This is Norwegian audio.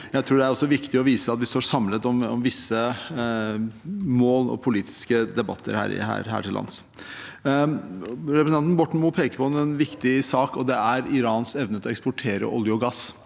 Jeg tror det også er viktig å vise at vi står samlet om visse mål og politiske debatter her til lands. Representanten Borten Moe pekte på en viktig sak, og det er Irans evne til å eksportere olje og gass.